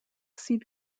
seed